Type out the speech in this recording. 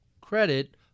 credit